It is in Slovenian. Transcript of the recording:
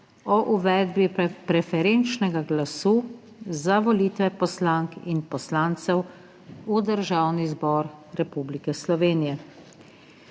o uvedbi preferenčnega glasu za volitve poslank in poslancev v Državni zbor Republike Slovenije.